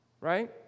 Right